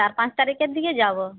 চার পাঁচ তারিখের দিকে যাব